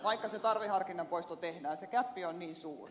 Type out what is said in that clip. vaikka se tarveharkinnan poisto tehdään se gäppi on niin suuri